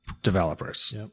developers